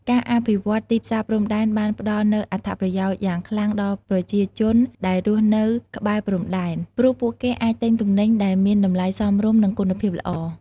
ការអភិវឌ្ឍទីផ្សារព្រំដែនបានផ្តល់នូវអត្ថប្រយោជន៍យ៉ាងខ្លាំងដល់ប្រជាជនដែលរស់នៅក្បែរព្រំដែន ព្រោះពួកគេអាចទិញទំនិញដែលមានតម្លៃសមរម្យនិងគុណភាពល្អ។